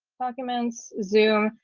documents, zoom,